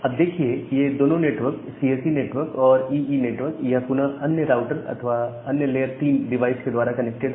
अब देखिए ये दोनों नेटवर्क्स सीएसई नेटवर्क और ईई नेटवर्क यह पुनः अन्य राउटर अथवा अन्य लेयर 3 डिवाइस के द्वारा कनेक्टेड है